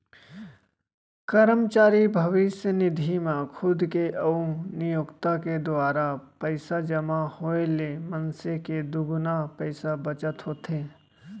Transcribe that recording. करमचारी भविस्य निधि म खुद के अउ नियोक्ता के दुवारा पइसा जमा होए ले मनसे के दुगुना पइसा बचत होथे